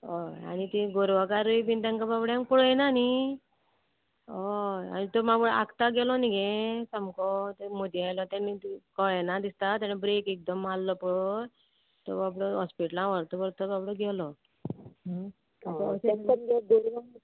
हय आनी ती गोरवां कारूय बीन तांकां बाबड्यांक पळयना न्ही हय आनी तो मागीर आकता गेलो न्ही गे सामको ते मदीं आयलो तेणी कळ्ळे ना दिसता ताणें ब्रेक एकदम मारलो पळय तो बाबडो हॉस्पिटलान व्हरत व्हरत बाबडो गेलो